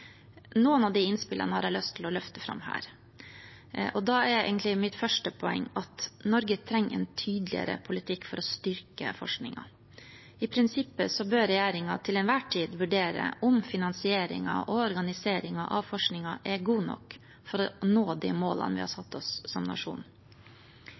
Noen av de innspillene har jeg lyst til å løfte fram her. Da er egentlig mitt første poeng at Norge trenger en tydeligere politikk for å styrke forskningen. I prinsippet bør regjeringen til enhver tid vurdere om finansieringen og organiseringen av forskningen er god nok for å nå de målene vi har